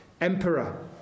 emperor